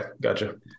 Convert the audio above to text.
gotcha